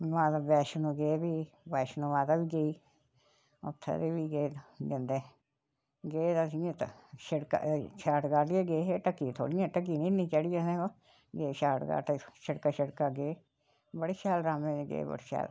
माता वैश्नो गे फ्ही वैश्नो माता बी गेई उत्थें बी में गे जंदे गे ते असें इयां शड़कै शाट काट गै गे हे ढक्कियां थोह्ड़ियां ढक्की नी इन्नी चढ़ी असें ओह् गे शॉट कॉट शड़कै शड़कै गे बड़े शैल अराम कन्नै गे बड़े शैल